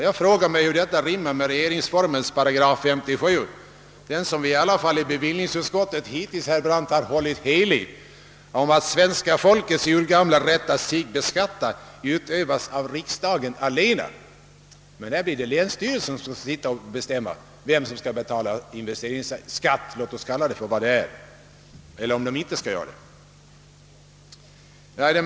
Jag frågar mig hur detta rimmar med regeringsformens 8 57, som vi i bevillningsutskottet åtminstone hittills hållit helig, om att svenska folkets urgamla rätt att sig beskatta utövas av riksdagen allena. Här blir det länsstyrelsen som skall bestämma vem som skall betala skatt — låt oss kalla det för vad det är — och vem som inte skall göra det.